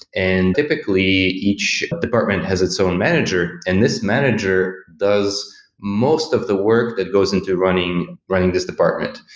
and typically, each department has its own manager, and this manager does most of the work that goes into running running this department.